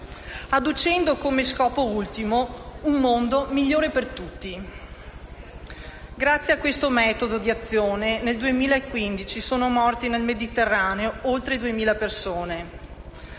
adducendo come scopo ultimo un mondo migliore per tutti. Grazie a questo metodo di azione nel 2015 sono morte nel Mediterraneo oltre 2.000 persone.